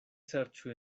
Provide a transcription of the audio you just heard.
serĉu